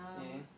yeah